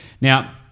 Now